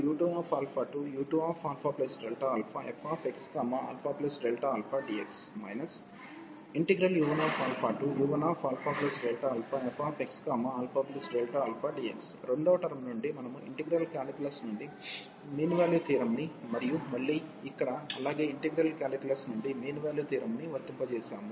ΔΦu1u2fxαΔα fxαdxu2u2αΔαfxαΔαdx u1u1αΔαfxαΔαdx రెండవ టర్మ్ నుండి మనము ఇంటిగ్రల్ కాలిక్యులస్ నుండి మీన్ వాల్యూ థియోరమ్ ని మరియు మళ్ళీ ఇక్కడ అలాగే ఇంటిగ్రల్ కాలిక్యులస్ నుండి మీన్ వాల్యూ థియోరమ్ ని వర్తింపజేసాము